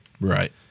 Right